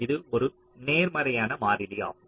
இது ஒரு நேர்மறையான மாறிலி ஆகும்